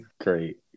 Great